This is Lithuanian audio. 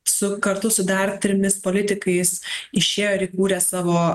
su kartu su dar trimis politikais išėjo ir įkūrė savo